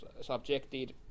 subjected